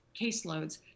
caseloads